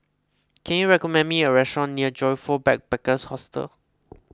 can you recommend me a restaurant near Joyfor Backpackers' Hostel